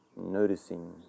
noticing